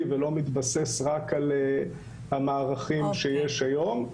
ולא מתבסס רק על המערכים שיש היום.